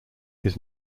his